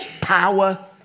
power